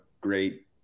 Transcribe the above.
great